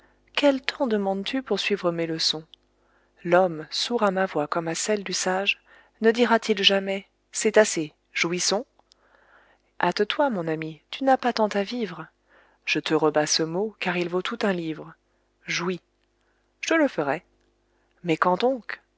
quel temps demandes-tu pour suivre mes leçons l'homme sourd à ma voix comme à celle du sage ne dira-t-il jamais c'est assez jouissons hâte-toi mon ami tu n'as pas tant à vivre je te rebats ce mot car il vaut tout un livre jouis je le ferai mais quand donc